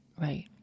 right